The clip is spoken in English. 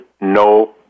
no